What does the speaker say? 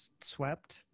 swept